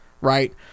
right